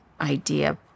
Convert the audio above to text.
idea